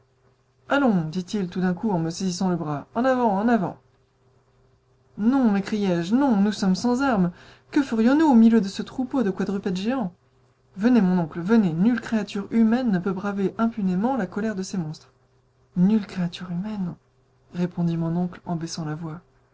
allons dit-il tout d'un coup en me saisissant le bras en avant en avant non m'écriai-je non nous sommes sans armes que ferions-nous au milieu de ce troupeau de quadrupèdes géants venez mon oncle venez nulle créature humaine ne peut braver impunément la colère de ces monstres nulle créature humaine répondit mon oncle en baissant la voix